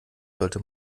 sollte